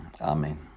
Amen